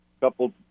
couple